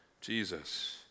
Jesus